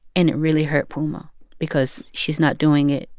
and it really hurt puma because she's not doing it,